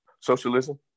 Socialism